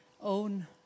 own